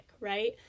right